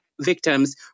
Victims